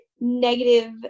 negative